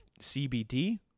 CBD